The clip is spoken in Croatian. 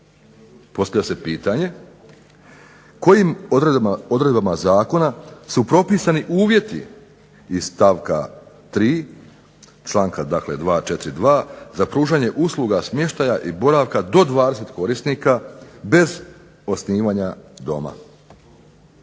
Postavlja se pitanje kojim odredbama zakona su propisani uvjeti iz stavka 3. članka dakle 242. za pružanje usluga smještaja i boravka do 20 korisnika, bez osnivanja doma.